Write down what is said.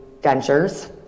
dentures